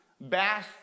bass